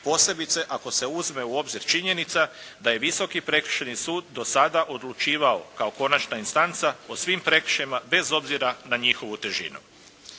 posebice ako se uzme u obzir činjenica da je Visoki prekršajni sud do sada odlučio kao konačna instanca o svim prekršajima bez obzira na njihovu težinu.